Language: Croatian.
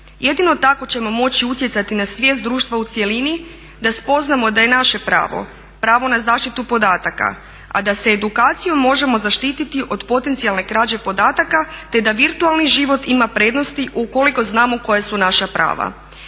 Jedino tako ćemo moći utjecati na svijest društva u cjelini da spoznamo da je naše pravo pravo na zaštitu podataka, a da se edukacijom možemo zaštiti od potencijalne krađe podataka, te da virtualni život ima prednosti ukoliko znamo koja su naša prava.